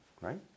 right